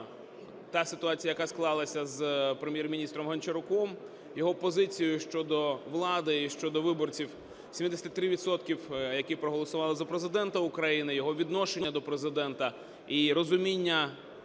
та ситуація, яка склалася з Прем’єр-міністром Гончаруком, його позицією щодо влади і щодо виборців, 73 відсотків, які проголосували за Президента України, його відношення до Президента і розуміння